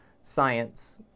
science